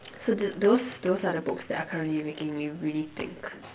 so those those are the books that are currently making me really think